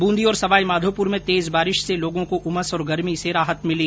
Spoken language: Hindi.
ब्रंदी और सवाईमाधोपुर में तेज बारिश से लोगों को उमस और गर्मी से राहत मिली